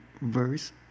verse